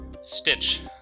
Stitch